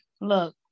Look